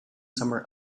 summer